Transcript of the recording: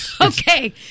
Okay